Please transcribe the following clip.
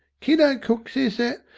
kiddo cook says that,